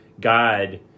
God